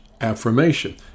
affirmation